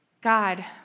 God